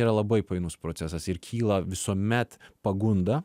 yra labai painus procesas ir kyla visuomet pagunda